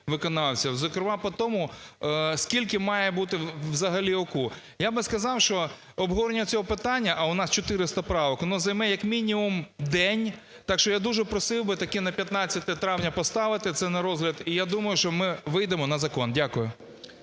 Зокрема по тому, скільки має бути взагалі ОКУ. Я би сказав, що обговорення цього питання, а у нас 400 правок, воно займе як мінімум день. Так що я дуже просив би таки на 15 травня поставити це на розгляд. І я думаю, що ми вийдемо на закон. Дякую.